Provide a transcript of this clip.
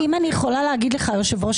היושב-ראש,